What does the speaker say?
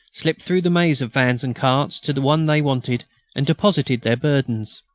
slipped through the maze of vans and carts to the one they wanted and deposited their burdens.